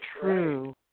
True